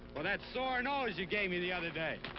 but that sore nose you gave me the other day.